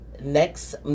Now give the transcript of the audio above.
Next